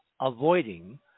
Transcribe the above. avoiding